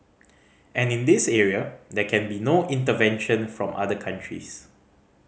and in this area there can be no intervention from other countries